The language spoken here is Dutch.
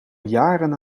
jaren